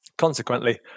Consequently